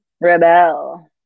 Rebel